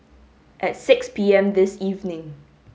at six P M this evening